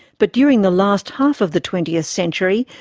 but during the last half of the twentieth century,